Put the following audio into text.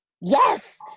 Yes